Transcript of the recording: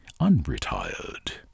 unretired